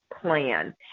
plan